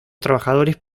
trabajadores